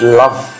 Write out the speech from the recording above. love